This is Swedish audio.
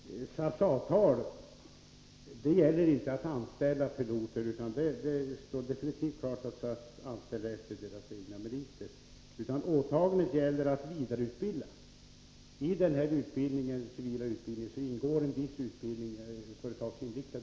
Herr talman! SAS avtal gäller inte anställning av piloter. Det står definitivt klart att SAS anställer piloter efter deras egna meriter. Åtagandet gäller vidareutbildning. I den här civila utbildningen ingår en viss företagsinriktad utbildning.